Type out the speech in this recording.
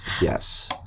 yes